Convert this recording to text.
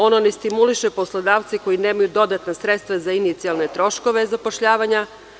Ono ne stimuliše poslodavce koji nemaju dodatna sredstva za inicijalne troškove zapošljavanja.